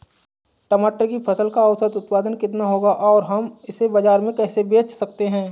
टमाटर की फसल का औसत उत्पादन कितना होगा और हम इसे बाजार में कैसे बेच सकते हैं?